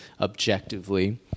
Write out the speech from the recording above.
objectively